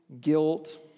guilt